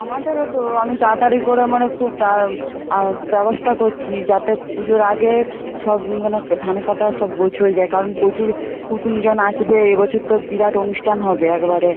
আমাদেরও তো আমি তাড়াতাড়ি করে মানে খুব তা ব্যবস্থা করছি যাতে পুজোর আগে সব মানে ধান কাটা সব গোছ হয়ে যায় কারণ প্রচুর কুটুমজন আসবে এ বছর তো বিরাট অনুষ্ঠান হবে একবারে